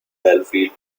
belfield